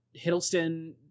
Hiddleston